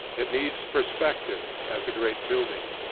it needs perspective, as a great building.